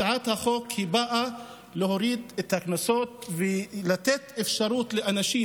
הצעת החוק באה להוריד את הקנסות ולתת אפשרות לאנשים